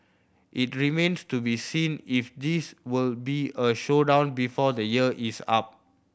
it remains to be seen if this will be a showdown before the year is up